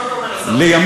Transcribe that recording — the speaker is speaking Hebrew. מה אתה אומר, השר בנט?